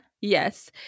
Yes